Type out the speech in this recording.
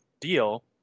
deal